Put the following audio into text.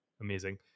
Amazing